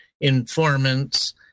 informants